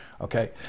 okay